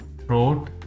throat